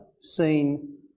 seen